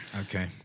Okay